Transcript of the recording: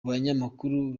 banyamakuru